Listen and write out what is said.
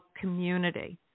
Community